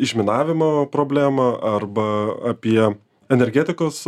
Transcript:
išminavimo problemą arba apie energetikos